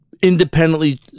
independently